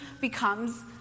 becomes